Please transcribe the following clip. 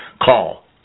Call